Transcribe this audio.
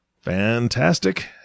Fantastic